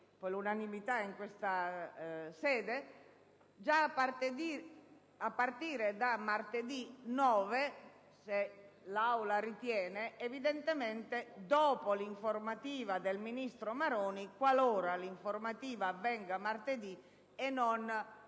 l'unanimità in questa sede - già a partire da martedì 9, se l'Assemblea lo ritiene, evidentemente dopo l'informativa del ministro Maroni, qualora l'informativa avvenga martedì e non